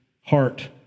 heart